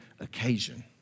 occasion